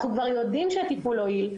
אנחנו כבר יודעים שהטיפול הועיל,